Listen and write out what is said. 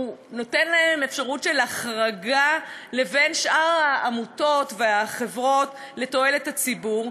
הוא נותן להן אפשרות של החרגה משאר העמותות והחברות לתועלת הציבור,